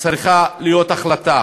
צריך להיות החלטה,